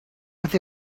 with